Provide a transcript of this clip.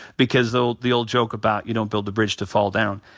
because the the old joke about you don't build the bridge to fall down.